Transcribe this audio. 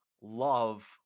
love